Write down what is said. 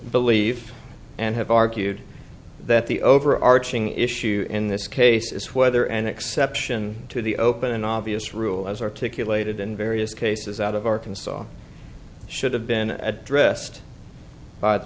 believe and have argued that the overarching issue in this case is whether an exception to the open obvious rule as articulated in various cases out of arkansas should have been addressed by the